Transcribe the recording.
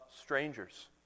strangers